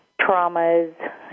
traumas